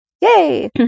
Yay